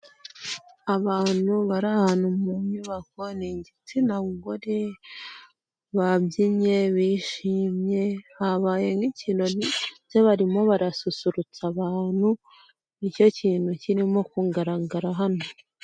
Abantu bari ahantu mu nyubako nini, igitsinagore babyinnye bishimye, habaye n'ikirori ndetse barimo barasusurutsa abantu ni cyo kintu kirimo kugaragara hano.